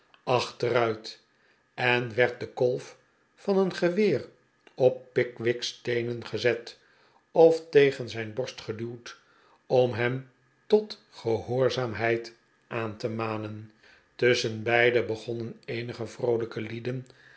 achteruiti en werd de kolf van een geweer op pickwick's teenen gezet of tegen zijn borst geduwd om hem tot gehoorzaamheid aan te manen tusschenbeide begonnen eenige vroolijke lieden